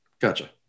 Gotcha